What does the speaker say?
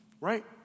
Right